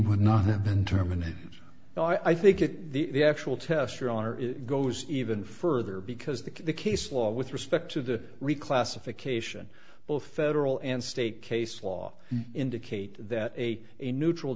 would not have been terminated though i think it the actual test your honor goes even further because the case law with respect to the reclassification both federal and state case law indicate that a neutral